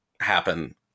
happen